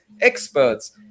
experts